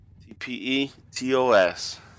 T-P-E-T-O-S